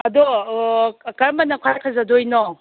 ꯑꯗꯣ ꯀꯔꯝꯕꯅ ꯈ꯭ꯋꯥꯏ ꯐꯖꯗꯣꯏꯅꯣ